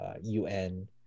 UN